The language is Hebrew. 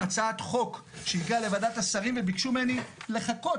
הצעת חוק שהגיעה לוועדת השרים וביקשו ממני לחכות